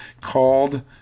called